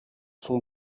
sont